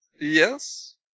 Yes